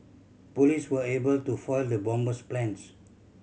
police were able to foil the bomber's plans